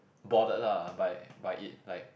bothered lah by by it like